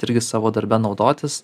irgi savo darbe naudotis